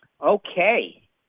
Okay